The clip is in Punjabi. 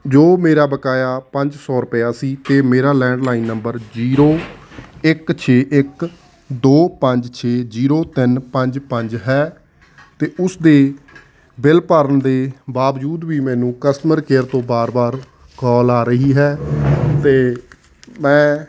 ਜੋ ਮੇਰਾ ਬਕਾਇਆ ਪੰਜ ਸੌ ਰੁਪਇਆ ਸੀ ਅਤੇ ਮੇਰਾ ਲੈਂਡਲਾਈਨ ਨੰਬਰ ਜੀਰੋ ਇੱਕ ਛੇ ਇੱਕ ਦੋ ਪੰਜ ਛੇ ਜੀਰੋ ਤਿੰਨ ਪੰਜ ਪੰਜ ਹੈ ਅਤੇ ਉਸਦੇ ਬਿੱਲ ਭਰਨ ਦੇ ਬਾਵਜੂਦ ਵੀ ਮੈਨੂੰ ਕਸਟਮਰ ਕੇਅਰ ਤੋਂ ਵਾਰ ਵਾਰ ਕਾਲ ਆ ਰਹੀ ਹੈ ਅਤੇ ਮੈਂ